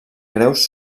greus